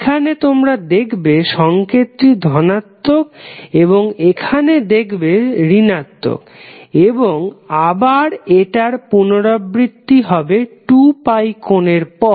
এখানে তোমরা দেখবে সংকেত টি ধনাত্মক এবং এখানে দেখবে ঋণাত্মক এবং আবার এটার পুনরাবৃত্তি হবে 2π কোণের পর